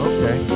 Okay